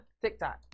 TikTok